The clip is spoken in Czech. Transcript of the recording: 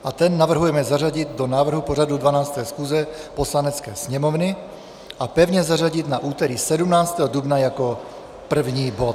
Ten navrhujeme zařadit do návrhu pořadu 12. schůze Poslanecké sněmovny a pevně zařadit na úterý 17. dubna jako první bod.